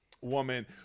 woman